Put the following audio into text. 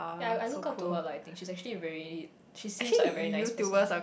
ya I I look up to her lah I think she's actually a very she seems like a very nice person